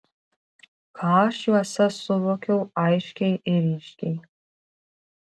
ką aš juose suvokiau aiškiai ir ryškiai